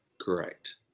Correct